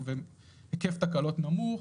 היקף תקלות נמוך.